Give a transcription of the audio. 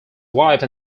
wife